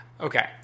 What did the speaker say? Okay